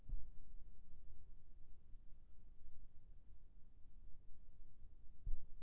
Sir तुमन loan का का करें बर, किसे अउ कोन कोन ला देथों?